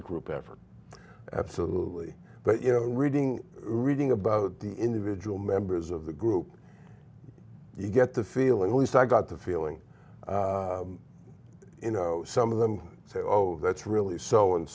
a group effort absolutely but you know in reading reading about the individual members of the group you get the feeling least i got the feeling you know some of them say oh that's really so and